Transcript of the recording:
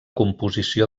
composició